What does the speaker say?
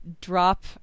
drop